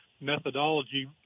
methodology